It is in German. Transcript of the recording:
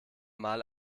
mal